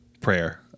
prayer